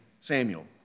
Samuel